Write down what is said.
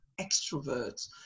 extroverts